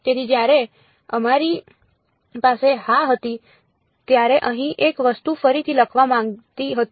તેથી જ્યારે અમારી પાસે હા હતી ત્યારે અહીં એક વસ્તુ ફરીથી લખવા માંગતી હતી